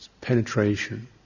penetration